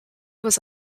was